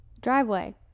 Driveway